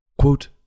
Quote